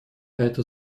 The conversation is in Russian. это